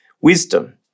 wisdom